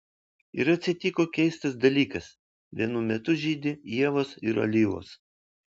ir atsitiko keistas dalykas vienu metu žydi ievos ir alyvos